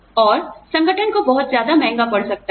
और संगठन को बहुत ज्यादा महँगा पड़ सकता है